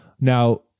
now